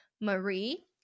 Marie